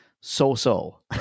so-so